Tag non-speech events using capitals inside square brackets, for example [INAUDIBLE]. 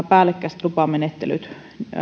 [UNINTELLIGIBLE] päällekkäiset lupamenettelyt